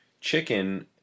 chicken